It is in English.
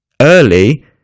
Early